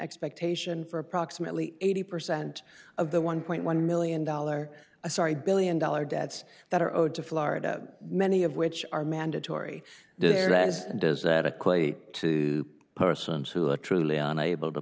expectation for approximately eighty percent of the one point one million dollars a sorry one billion dollars debts that are owed to florida many of which are mandatory there as does that equate to persons who are truly